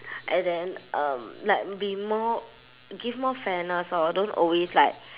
and then um like be more give more fairness orh don't always like